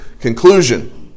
conclusion